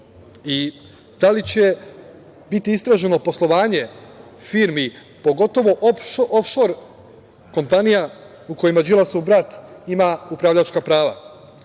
i da li će biti istraženo poslovanje firmi, pogotovo ofšor kompanija u kojima Đilasov brat ima upravljačka